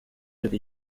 y’uko